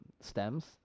stems